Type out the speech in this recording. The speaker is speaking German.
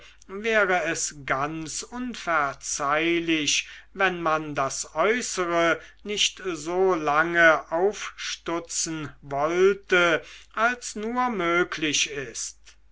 wäre es ganz unverzeihlich wenn man das äußere nicht so lange aufstutzen wollte als nur möglich ist